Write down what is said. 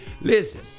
listen